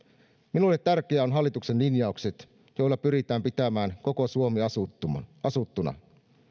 minulle tärkeää ovat hallituksen linjaukset joilla pyritään pitämään koko suomi asuttuna